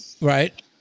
Right